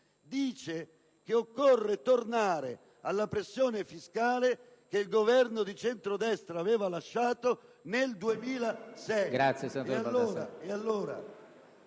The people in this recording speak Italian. dice che occorre tornare alla pressione fiscale che il Governo di centrodestra aveva lasciato nel 2006. Allora, quando il